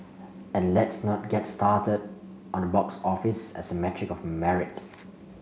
and let's not get started on the box office as a metric of merit